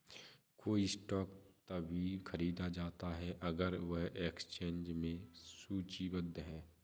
कोई स्टॉक तभी खरीदा जाता है अगर वह एक्सचेंज में सूचीबद्ध है